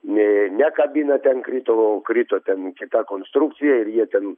nė ne kabina ten krito o krito ten kita konstrukcija ir jie ten